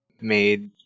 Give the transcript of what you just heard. made